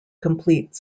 complete